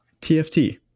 tft